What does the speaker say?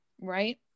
right